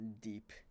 deep